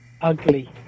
ugly